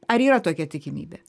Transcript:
ar yra tokia tikimybė